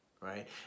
right